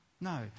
No